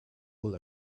will